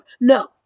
No